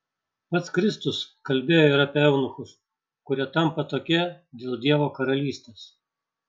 pats kristus kalbėjo ir apie eunuchus kurie tampa tokie dėl dievo karalystės